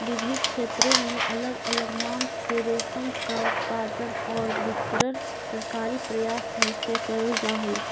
विविध क्षेत्रों में अलग अलग नाम से रेशम का उत्पादन और वितरण सरकारी प्रयास से करल जा हई